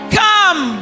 come